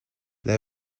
they